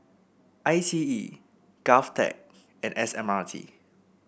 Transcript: I T E Govtech and S M R T